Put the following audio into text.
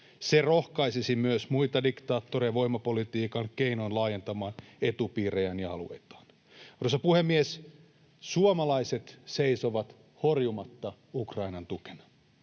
Se rohkaisisi myös muita diktaattoreja voimapolitiikan keinoin laajentamaan etupiirejään ja alueitaan. Arvoisa puhemies! Suomalaiset seisovat horjumatta Ukrainan tukena.